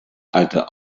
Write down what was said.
alter